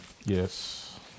yes